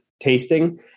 tasting